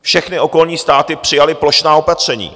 Všechny okolní státy přijaly plošná opatření.